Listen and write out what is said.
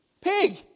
pig